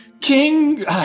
king